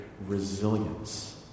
resilience